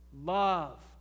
love